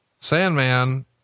Sandman